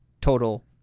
total